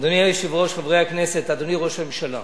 אדוני היושב-ראש, חברי הכנסת, אדוני ראש הממשלה,